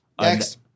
Next